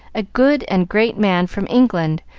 a good and great man, from england,